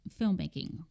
filmmaking